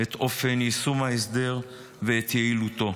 את אופן יישום ההסדר ואת יעילותו.